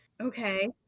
Okay